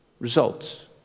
results